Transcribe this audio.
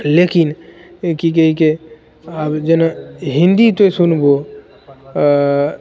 लेकिन कि कहै के आब जेना हिन्दी तू सुनबहो